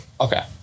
okay